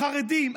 חרדים,